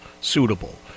suitable